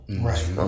Right